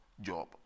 job